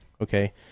Okay